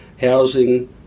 housing